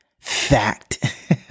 fact